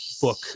book